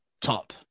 top